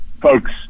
folks